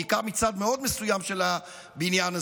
בעיקר מצד מאוד מסוים של הבניין הזה,